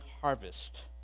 harvest